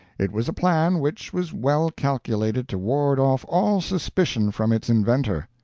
it was a plan which was well calculated to ward off all suspicion from its inventor.